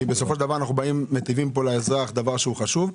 כי בסופו של דבר אנחנו באים ומיטיבים לאזרח דבר שהוא חשוב,